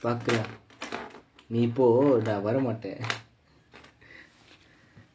பார்க்கலாம் நீ போ நான் வர மாட்டேன்:paarkalaam nee po naan vara maattaen